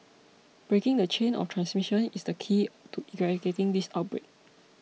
breaking the chain of transmission is the key to eradicating this outbreak